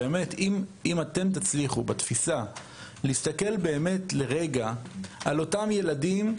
אם אתם תצליחו בתפיסה להסתכל לרגע על אותם ילדים.